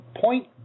point